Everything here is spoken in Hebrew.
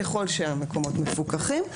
ככל שהמקומות מפוקחים,